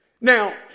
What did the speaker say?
Now